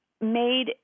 made